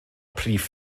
prif